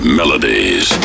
melodies